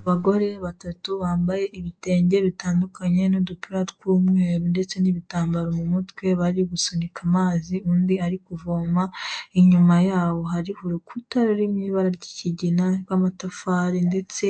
Abagore batatu bambaye ibitenge bitandukanye n'udupira tw'umweru ndetse n'ibitambaro mu mutwe, bari gusunika amazi undi ari kuvoma, inyuma yabo hari urukuta ruri mu ibara ry'ikigina rw'amatafari ndetse